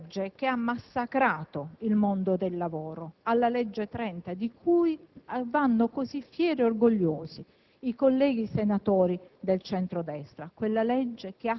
Pensiamo, per esempio, a quanto è stato fatto, per la prima volta, per i precari: riteniamo che quello fosse un segno concreto perché restituiva tutela